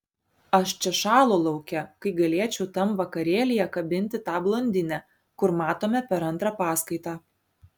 aš čia šąlu lauke kai galėčiau tam vakarėlyje kabinti tą blondinę kur matome per antrą paskaitą